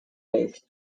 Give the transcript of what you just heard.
based